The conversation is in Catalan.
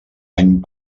any